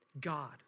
God